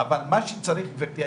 אבל מה שצריך, גברתי היושבת-ראש,